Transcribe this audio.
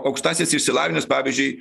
aukštasis išsilavinimas pavyzdžiui